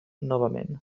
novament